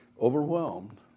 overwhelmed